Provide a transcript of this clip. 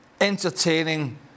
entertaining